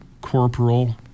corporal